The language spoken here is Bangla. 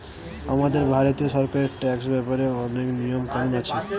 আমাদের ভারতীয় সরকারের ট্যাক্স ব্যাপারে অনেক নিয়ম কানুন আছে